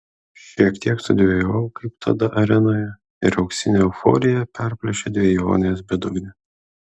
šiek tiek sudvejojau kaip tada arenoje ir auksinę euforiją perplėšė dvejonės bedugnė